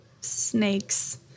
snakes